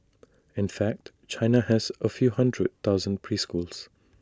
in fact China has A few hundred thousand preschools